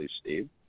Steve